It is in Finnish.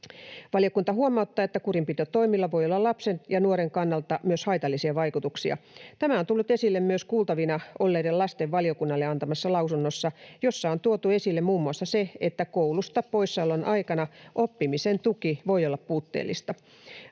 Valiokunta huomauttaa, että kurinpitotoimilla voi olla lapsen ja nuoren kannalta myös haitallisia vaikutuksia. Tämä on tullut esille myös kuultavina olleiden lasten valiokunnalle antamassa lausunnossa, jossa on tuotu esille muun muassa se, että koulusta poissaolon aikana oppimisen tuki voi olla puutteellista.